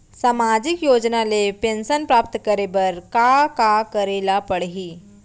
सामाजिक योजना ले पेंशन प्राप्त करे बर का का करे ल पड़ही?